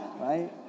Right